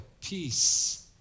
peace